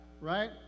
right